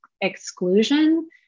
exclusion